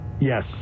yes